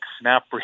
snap